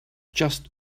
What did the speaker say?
just